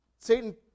Satan